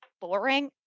boring